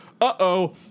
Uh-oh